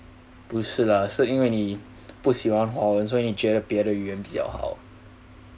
不是啦是因为你不喜欢华文所以你觉得别的语言比较好